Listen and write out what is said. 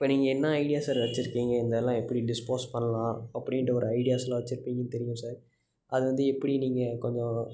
இப்போ நீங்கள் என்ன ஐடியா சார் வெச்சுருக்கீங்க இதெல்லாம் எப்படி டிஸ்போஸ் பண்ணலாம் அப்படின்ற ஒரு ஐடியாஸெலாம் வெச்சுருப்பீங்கன்னு தெரியும் சார் அதை வந்து எப்படி நீங்கள் கொஞ்சம்